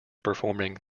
performing